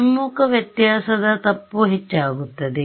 ಹಿಮ್ಮುಖ ವ್ಯತ್ಯಾಸದ ತಪ್ಪು ಹೆಚ್ಚಾಗುತ್ತದೆ